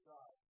God